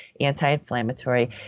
anti-inflammatory